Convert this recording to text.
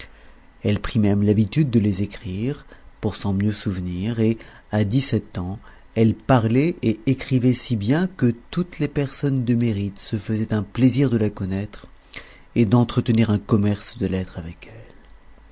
elle prit même l'habitude de les écrire pour mieux s'en souvenir et à dix-sept ans elle parlait et écrivait si bien que toutes les personnes de mérite se faisaient un plaisir de la connaître et d'entretenir un commerce de lettres avec elle